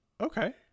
Okay